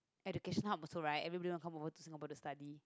education hub also right everybody want to come over to Singapore to study